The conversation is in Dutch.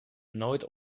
nooit